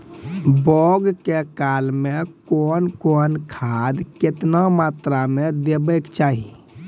बौगक काल मे कून कून खाद केतबा मात्राम देबाक चाही?